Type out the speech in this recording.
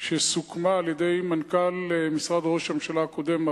שסוכמה על-ידי מנכ"ל משרד ראש הממשלה הקודם,